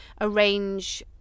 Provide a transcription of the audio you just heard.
arrange